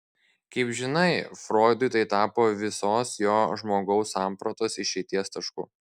kaip žinai froidui tai tapo visos jo žmogaus sampratos išeities tašku